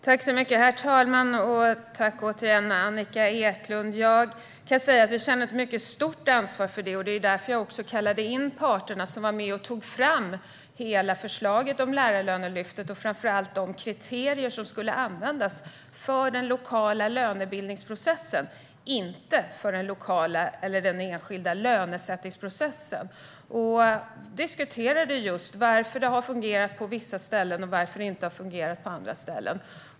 Herr talman! Jag känner ett mycket stort ansvar för detta. Det var också därför jag kallade in parterna som var med och tog fram förslaget om Lärarlönelyftet och, framför allt, de kriterier som skulle användas för den lokala lönebildningsprocessen, inte för den enskilda lönesättningsprocessen. Vi diskuterade varför det har fungerat på vissa ställen och varför det inte har fungerat på andra ställen.